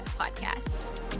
Podcast